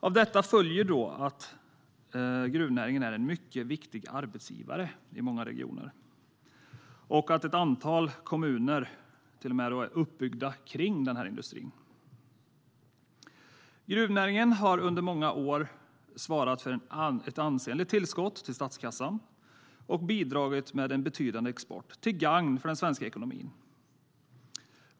Av detta följer att gruvnäringen är en mycket viktig arbetsgivare i många regioner och att ett antal kommuner till och med är uppbyggda kring den industrin. Gruvnäringen har under många år svarat för ett ansenligt tillskott till statskassan och bidragit med en betydande export till gagn för den svenska ekonomin.